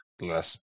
less